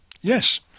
Yes